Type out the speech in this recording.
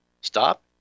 Stop